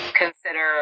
consider